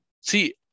See